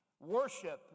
Worship